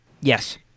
Yes